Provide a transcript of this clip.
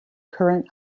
current